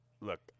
look